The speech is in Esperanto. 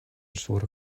sur